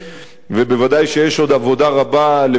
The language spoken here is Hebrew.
וודאי שיש עוד עבודה רבה לפנינו,